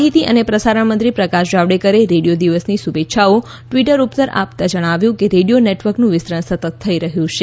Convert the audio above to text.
માહિતી અને પ્રસારણ મંત્રી પ્રકાશ જાવડેકરે રેડિયો દિવસની શુભેચ્છાઓ ટવીટર ઉપર આપતા જણાવ્યું હતું કે રેડિયો નેટવર્કનું વિસ્તરણ સતત થઇ રહ્યું છે